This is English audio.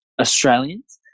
Australians